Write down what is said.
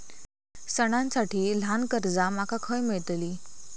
सणांसाठी ल्हान कर्जा माका खय मेळतली?